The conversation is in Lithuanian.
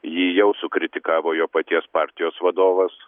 jį jau sukritikavo jo paties partijos vadovas